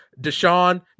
deshaun